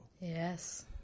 Yes